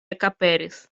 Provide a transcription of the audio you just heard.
ekaperis